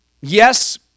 yes